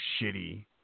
shitty